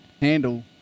Handle